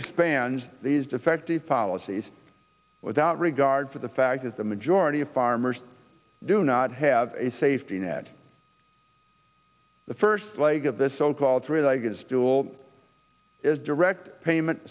expand these defective policies without regard for the fact that the majority of farmers do not have a safety net the first leg of the so called three legged stool is direct payment